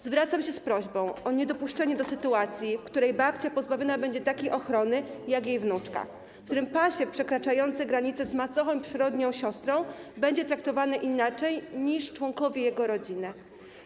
Zwracam się z prośbą o niedopuszczenie do sytuacji, w której babcia pozbawiona będzie takiej ochrony, jaką ma jej wnuczka, w której pasierb przekraczający granicę z macochą i przyrodnią siostrą będzie traktowany inaczej niż członkowie jego rodziny.